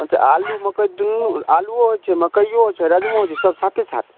अच्छा आलू मकइ दुनू आलूओ होइ छै मकइयो होइ छै राजमो होइ छै सब साथे साथ